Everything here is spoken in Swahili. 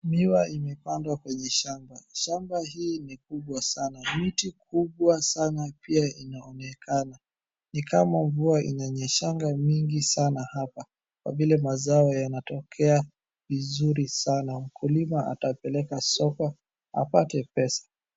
Miwa imepandwa kwenye shamba. Shamba hii ni kubwa sana. Miti kubwa sana pia inaonekana. Ni kama mvua inanyeshanga nyingi sana hapa, kwa vile mazao yanatokea vizuri sana. Mkulima atapeleka soko apate pesa.